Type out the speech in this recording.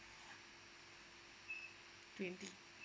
really